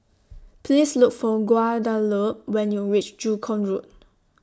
Please Look For Guadalupe when YOU REACH Joo Koon Road